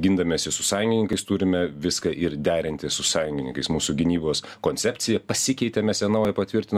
gindamiesi su sąjungininkais turime viską ir derinti su sąjungininkais mūsų gynybos koncepcija pasikeitė mes ją naują patvirtino